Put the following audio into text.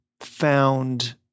found